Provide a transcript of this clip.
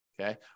Okay